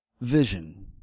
vision